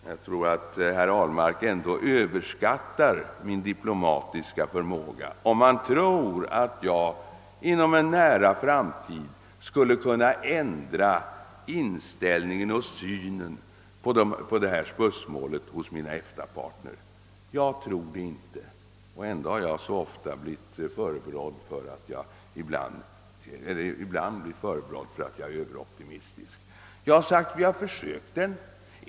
Jag tror att herr Ahlmark överskattar min diplomatiska förmåga, om han tror att jag inom en nära framtid skulle kunna ändra inställningen till och synen på det här spörsmålet hos våra EFTA-partners. Ändå blir jag ibland förebrådd för att jag är överoptimistisk. Jag har sagt att vi har försökt.